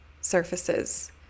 surfaces